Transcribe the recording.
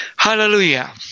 Hallelujah